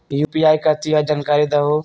UPI कथी है? जानकारी दहु